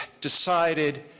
decided